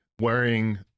wearing